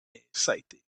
exciting